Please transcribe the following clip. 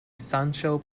sancho